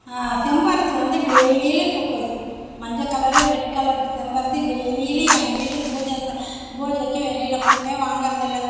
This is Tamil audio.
செம்பருத்தி வந்து டெய்லி பூக்குது மஞ்ச கலரு ரெட் கலரு செம்பருத்தி டெய்லி எங்கள் வீட்டுக்கு பூஜை பூஜைக்கு வெளில பூவே வாங்கறதில்லை